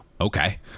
Okay